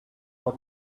for